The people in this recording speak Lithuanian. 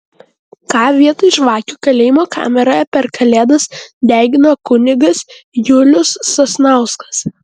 ką vietoj žvakių kalėjimo kameroje per kalėdas degino kunigas julius sasnauskas